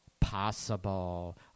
possible